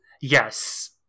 Yes